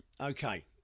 okay